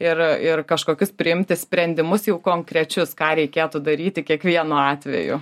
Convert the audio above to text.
ir ir kažkokius priimti sprendimus jau konkrečius ką reikėtų daryti kiekvienu atveju